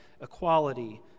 equality